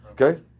okay